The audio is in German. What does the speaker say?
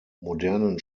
modernen